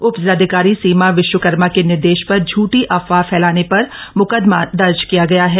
उपजिलाधिकप्री सीम विश्वकर्म के निर्देश पर झूठी अफवाह फैलामे पर मुकदम दर्ज किय गय है